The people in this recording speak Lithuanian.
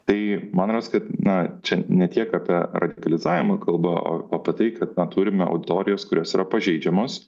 tai man rodos kad na čia ne tiek apie radikalizavimą kalba o o apie tai kad na turime auditorijas kurios yra pažeidžiamos